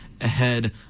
ahead